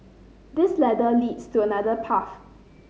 this ladder leads to another path